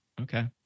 Okay